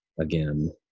again